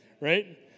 Right